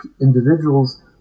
individuals